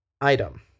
Item